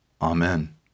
Amen